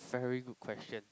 very good question